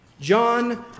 John